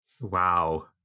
Wow